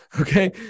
okay